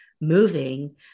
moving